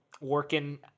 working